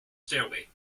stairway